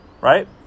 right